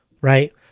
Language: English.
Right